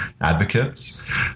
advocates